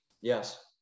Yes